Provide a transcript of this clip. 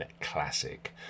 classic